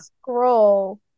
scroll